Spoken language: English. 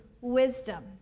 wisdom